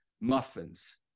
muffins